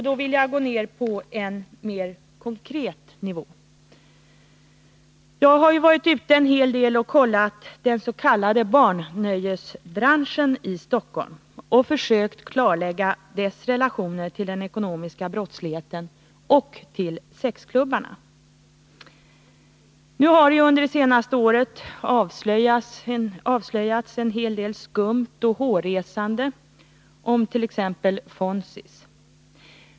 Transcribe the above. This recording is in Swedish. Jag vill då gå ner på en mer konkret nivå. Jag har varit ute en hel del och kollat den s.k. barnnöjesbranschen i Stockholm. Jag har försökt klarlägga dess relationer till den ekonomiska brottsligheten och till sexklubbarna. Under det senaste året har det avslöjats en hel del skumt och hårresande om t.ex. Fonzies.